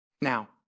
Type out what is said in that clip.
Now